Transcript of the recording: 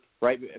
right